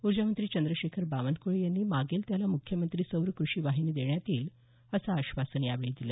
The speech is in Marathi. ऊर्जामंत्री चंद्रशेखर बावनक्ळे यांनी मागेल त्याला मुख्यमंत्री सौर क्रषी वाहिनी देण्यात येईल असं आश्वासन यावेळी दिलं